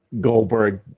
Goldberg